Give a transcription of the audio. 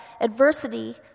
adversity